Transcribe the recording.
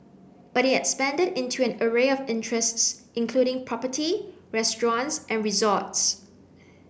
but it expanded into an array of interests including property restaurants and resorts